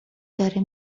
داره